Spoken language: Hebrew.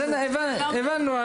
בסדר, הבנו.